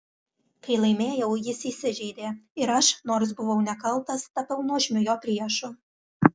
kai laimėjau jis įsižeidė ir aš nors buvau nekaltas tapau nuožmiu jo priešu